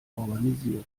organisiert